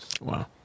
Wow